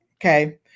okay